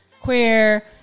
queer